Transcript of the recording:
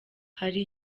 hari